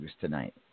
tonight